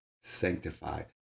sanctified